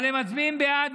אבל הם מצביעים בעד,